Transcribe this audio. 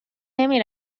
نمی